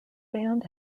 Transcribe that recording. band